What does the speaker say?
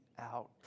out